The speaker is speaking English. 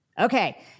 Okay